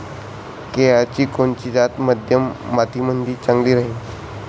केळाची कोनची जात मध्यम मातीमंदी चांगली राहिन?